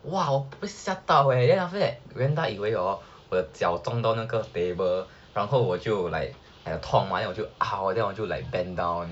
!wah! 我被吓到 eh then after that 原她以为 hor 我脚撞到那个 table 然后我就 like !aiya! 痛 mah then 我就 like !ow! then 我就 like bend down